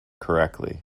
correctly